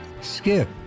skip